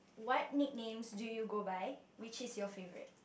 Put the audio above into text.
what nicknames do you go by which one is your favourite